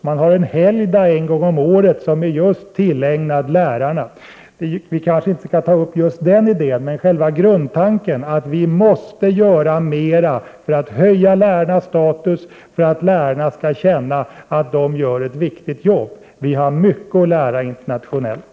Man har en helgdag en gång om året som är tillägnad lärarna. Vi kanske inte skall ta upp just den idén, men själva grundtanken skall vara att vi måste göra mera för att höja lärarnas status, så att lärarna känner att de gör ett viktigt jobb. Vi har mycket att lära internationellt.